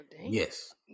Yes